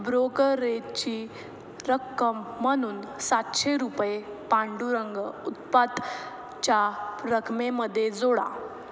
ब्रोकरेजची रक्कम म्हणून सातशे रुपये पांडुरंग उत्पातच्या रकमेमध्ये जोडा